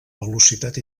velocitat